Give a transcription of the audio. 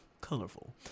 colorful